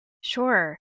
Sure